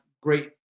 great